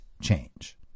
change